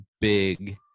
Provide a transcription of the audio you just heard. big